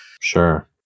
Sure